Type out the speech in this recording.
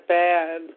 bad